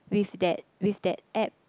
with that with that app